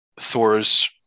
Thor's